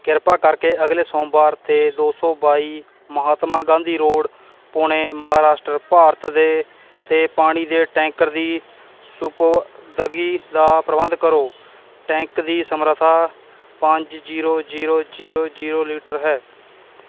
ਕਿਰਪਾ ਕਰਕੇ ਅਗਲੇ ਸੋਮਵਾਰ 'ਤੇ ਦੋ ਸੌ ਬਾਈ ਮਹਾਤਮਾ ਗਾਂਧੀ ਰੋਡ ਪੁਣੇ ਮਹਾਰਾਸ਼ਟਰ ਭਾਰਤ ਦੇ 'ਤੇ ਪਾਣੀ ਦੇ ਟੈਂਕਰ ਦੀ ਸਪੁਰਦਗੀ ਦਾ ਪ੍ਰਬੰਧ ਕਰੋ ਟੈਂਕ ਦੀ ਸਮਰੱਥਾ ਪੰਜ zero zero zero zero litre ਹੈ